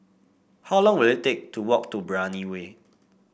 how long will it take to walk to Brani Way